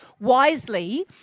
wisely